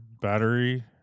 battery